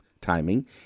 timing